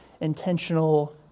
intentional